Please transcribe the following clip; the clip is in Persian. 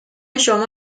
شما